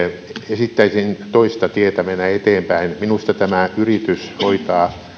esittäisin toista tietä mennä eteenpäin minusta tämä yritys hoitaa